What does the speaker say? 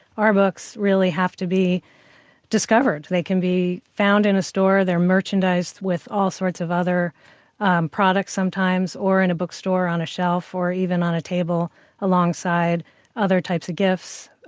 our books really have to be discovered. they can be found in a store they're merchandised with all sorts of other and products sometimes or in a bookstore on a shelf or even on a table alongside other types of gifts,